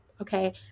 okay